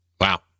Wow